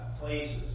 places